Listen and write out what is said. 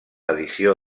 edició